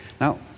Now